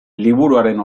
liburuaren